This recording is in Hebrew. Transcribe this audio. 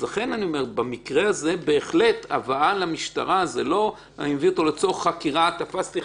אז במקרה הזה הבאה למשטרה זה לא שאני מביא אדם לצורך חקירה במשטרה,